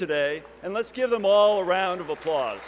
today and let's give them all round of applause